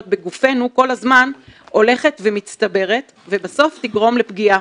בגופנו כל הזמן הולכת ומצטברת ובסוף תגרום לפגיעה.